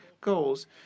goals